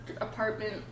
apartment